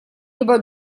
либо